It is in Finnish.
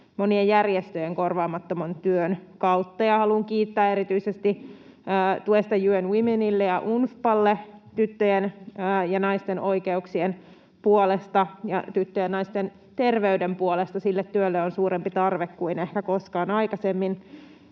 monien järjestöjen korvaamattoman työn kautta, ja haluan kiittää erityisesti tuesta UN Womenille ja UNFPAlle tyttöjen ja naisten oikeuksien puolesta sekä tyttöjen ja naisten terveyden puolesta. Sille työlle on suurempi tarve kuin ehkä koskaan aikaisemmin.